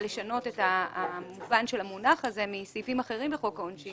לשנות את מובן של מונח זה מסעיפים אחרים בחוק העונשין